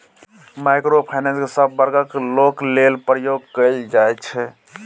micro finance केँ सब बर्गक लोक लेल प्रयोग कएल जाइ छै